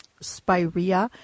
spirea